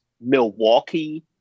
Milwaukee